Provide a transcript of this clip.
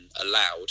allowed